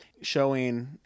showing